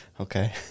Okay